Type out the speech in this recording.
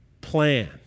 plan